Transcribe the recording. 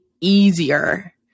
easier